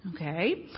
Okay